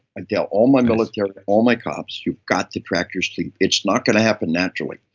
i tell all my military, all my cops, you've got to track your sleep it's not gonna happen naturally.